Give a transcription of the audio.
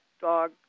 dog